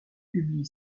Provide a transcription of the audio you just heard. publie